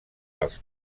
dels